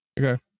Okay